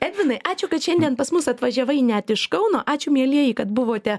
edvinai ačiū kad šiandien pas mus atvažiavai net iš kauno ačiū mielieji kad buvote